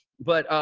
but,